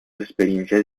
experiencias